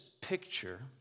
picture